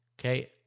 Okay